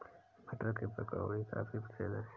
मटर की कचौड़ी काफी प्रसिद्ध है